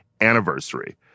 anniversary